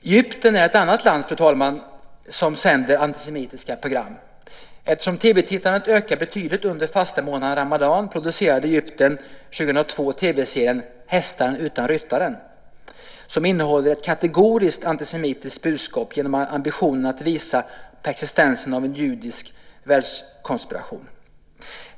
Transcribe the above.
Egypten är ett annat land, fru talman, som sänder antisemitiska program. Eftersom TV-tittandet ökar betydligt under fastemånaden ramadan producerade Egypten år 2002 TV-serien Hästen utan ryttare, som innehåller ett kategoriskt antisemitiskt budskap genom ambitionen att visa på existensen av en judisk världskonspiration.